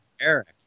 Eric